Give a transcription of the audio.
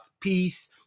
peace